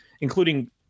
including